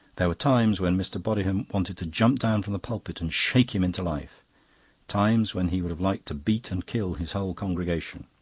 there were times when mr. bodiham wanted to jump down from the pulpit and shake him into life times when he would have liked to beat and kill his whole congregation.